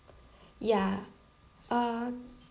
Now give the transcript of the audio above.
yeah uh